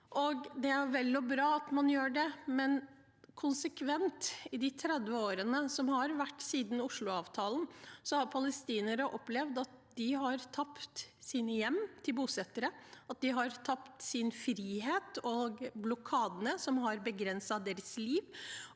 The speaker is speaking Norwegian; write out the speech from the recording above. Det er vel og bra at man gjør det, men i de 30 årene som har gått siden Oslo-avtalen, har palestinere konsekvent opplevd at de har tapt sine hjem til bosettere, at de har tapt sin frihet, og at blokadene har begrenset deres liv.